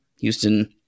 Houston